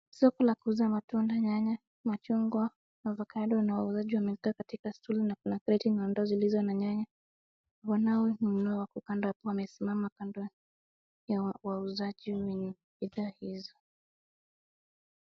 Soko la kuuza matunda, nyanya, machungwa, ovakado na wauzaji wamekaa katika stuli na kuna kreti na ndoo zilizo na nyanya. Wanaonunua wako kando hapo wamesimama kando ya wauzaji wenye bidhaa hizo.